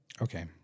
Okay